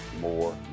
more